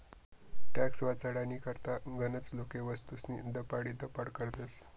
tax वाचाडानी करता गनच लोके वस्तूस्नी दपाडीदपाड करतस